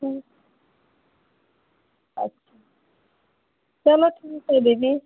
ठीक अच्छा चलो ठीक है दीदी